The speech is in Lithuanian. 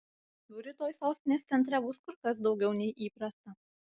jų rytoj sostinės centre bus kur kas daugiau nei įprasta